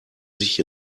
sich